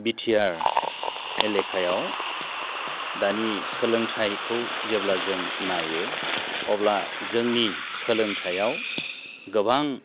BTR एलेखायाव दानि सोलोंथायखौ जेब्ला जों नायो अब्ला जोंनि सोलोंथायाव गोबां